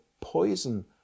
poison